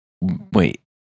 Wait